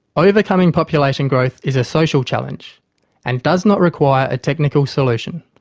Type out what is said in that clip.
overcoming population growth is a social challenge and does not require a technical solution.